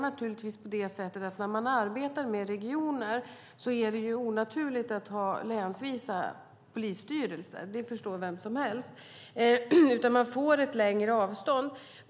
När man arbetar med regioner är det onaturligt att ha länsvisa polisstyrelser, det förstår vem som helst. Man får ett längre avstånd.